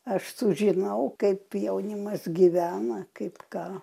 aš sužinau kaip jaunimas gyvena kaip ką